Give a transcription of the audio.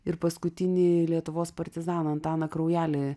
ir paskutinį lietuvos partizaną antaną kraujelį